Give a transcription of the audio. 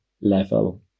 level